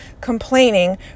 complaining